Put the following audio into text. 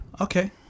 Okay